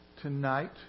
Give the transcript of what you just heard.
Tonight